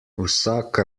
vsak